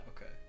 Okay